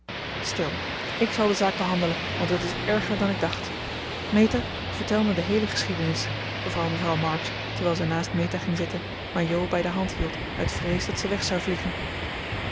stil ik zal de zaak behandelen want het is erger dan ik dacht meta vertel mij de heele geschiedenis beval mevrouw march terwijl zij naast meta ging zitten maar jo bij de hand hield uit vrees dat ze weg zou vliegen